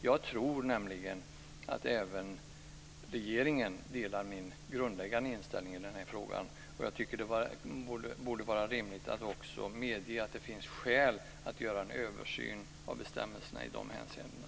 Jag tror nämligen att även regeringen delar min grundläggande inställning i den här frågan. Det borde vara rimligt att också medge att det finns skäl att göra en översyn av bestämmelserna i de hänseendena.